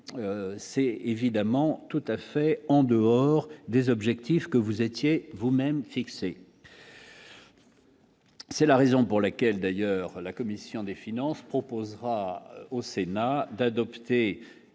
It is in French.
c'est évidemment tout à fait en dehors des objectifs que vous étiez vous-même fixé. C'est la raison pour laquelle, d'ailleurs, la commission des finances proposera au Sénat d'adopter